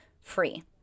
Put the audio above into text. free